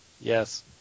Yes